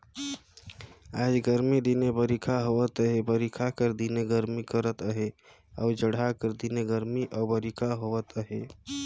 आएज गरमी दिने बरिखा होवत अहे बरिखा कर दिने गरमी करत अहे अउ जड़हा कर दिने गरमी अउ बरिखा होवत अहे